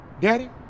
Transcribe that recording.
Daddy